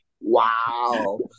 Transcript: Wow